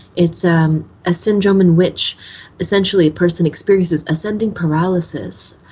it's a syndrome in which essentially a person experiences ascending paralysis,